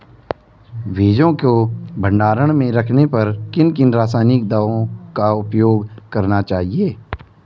बीजों को भंडारण में रखने पर किन किन रासायनिक दावों का उपयोग करना चाहिए?